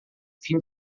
fim